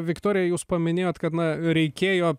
viktorija jūs paminėjot kad na reikėjo